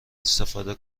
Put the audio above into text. استفاده